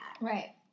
Right